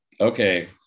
okay